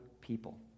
people